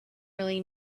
really